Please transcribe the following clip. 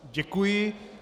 Děkuji.